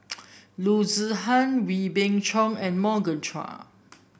Loo Zihan Wee Beng Chong and Morgan Chua